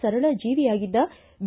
ಸರಳ ಜೀವಿಯಾಗಿದ್ದ ಬಿ